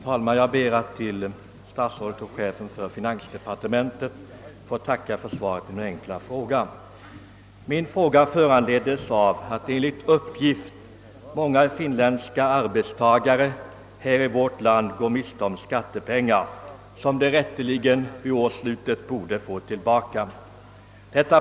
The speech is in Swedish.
Herr talman! Jag ber att till statsrådet och chefen för finansdepartementet få rikta ett tack för svaret på min enkla fråga. Denna föranleddes av att enligt uppgift många finländska arbetstagare här i vårt land går miste om skattepengar, som de rätteligen vid årets slut borde få tillbaka.